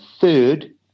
third